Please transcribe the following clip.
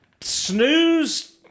Snooze